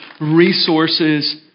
resources